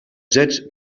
rzecz